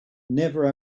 never